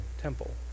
temple